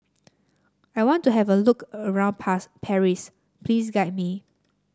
I want to have a look around Paris please guide me